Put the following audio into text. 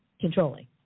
controlling